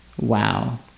wow